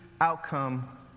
outcome